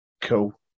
Cool